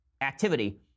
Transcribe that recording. activity